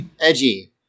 Edgy